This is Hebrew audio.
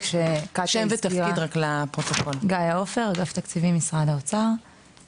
שמי גאיה עפר מאגף התקציבים במשרד האוצר,